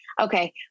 Okay